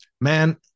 man